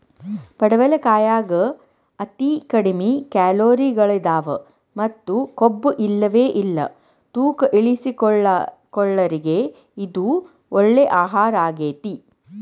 ಪಡವಲಕಾಯಾಗ ಅತಿ ಕಡಿಮಿ ಕ್ಯಾಲೋರಿಗಳದಾವ ಮತ್ತ ಕೊಬ್ಬುಇಲ್ಲವೇ ಇಲ್ಲ ತೂಕ ಇಳಿಸಿಕೊಳ್ಳೋರಿಗೆ ಇದು ಒಳ್ಳೆ ಆಹಾರಗೇತಿ